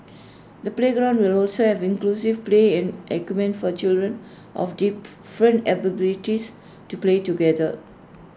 the playground will also have inclusive playing equipment for children of different abilities to play together